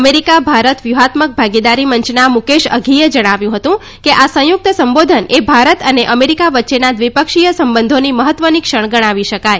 America Bharat વ્યૂહાત્મક ભાગીદારી મંચના મુકેશ અઘીએ જણાવ્યું હતું કે આ સંયુક્ત સંબોધન એ ભારત અને અમેરિકા વચ્ચેના દ્વિપક્ષીય સંબંધોનો મહત્વનો ક્ષણ ગણાવી શકાય